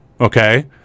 okay